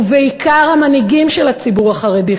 ובעיקר המנהיגים של הציבור החרדי,